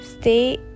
stay